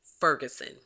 ferguson